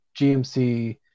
GMC